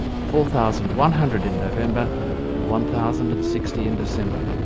four thousand one hundred in november and one thousand and sixty in december,